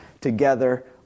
together